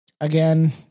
Again